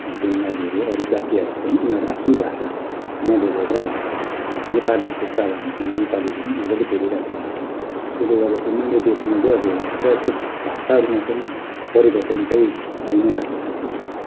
बङ्गालीहरू अरू जातिहरू पनि उनीहरू आफ्नो भाषा नबोलेर नेपालीहरू जस्तै अब हामीसँग नेपाली मज्जाले बोलिरहेको हुन्छ त्यसले गर्दाखेरि मैले देखेकोमा चाहिँ अब प्रायः जस्तो भाषाहरूमा पनि परिवर्तन चाहिँ आई नै रहेको छ यहाँनिर